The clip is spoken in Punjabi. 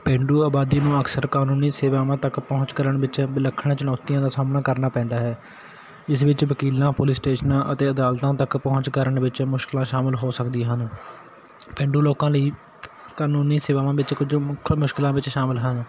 ਪੇਂਡੂ ਆਬਾਦੀ ਨੂੰ ਅਕਸਰ ਕਾਨੂੰਨੀ ਸੇਵਾਵਾਂ ਤੱਕ ਪਹੁੰਚ ਕਰਨ ਵਿੱਚ ਵਿਲੱਖਣ ਚੁਣੌਤੀਆਂ ਦਾ ਸਾਹਮਣਾ ਕਰਨਾ ਪੈਂਦਾ ਹੈ ਇਸ ਵਿੱਚ ਵਕੀਲਾਂ ਪੁਲਿਸ ਸਟੇਸ਼ਨਾਂ ਅਤੇ ਅਦਾਲਤਾਂ ਤੱਕ ਪਹੁੰਚ ਕਰਨ ਵਿੱਚ ਮੁਸ਼ਕਲਾਂ ਸ਼ਾਮਿਲ ਹੋ ਸਕਦੀਆਂ ਹਨ ਪੇਂਡੂ ਲੋਕਾਂ ਲਈ ਕਾਨੂੰਨੀ ਸੇਵਾਵਾਂ ਵਿੱਚ ਕੁਝ ਮੁੱਖ ਮੁਸ਼ਕਲਾਂ ਵਿੱਚ ਸ਼ਾਮਿਲ ਹਨ